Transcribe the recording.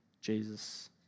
Jesus